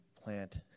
plant